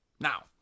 Now